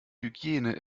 hygiene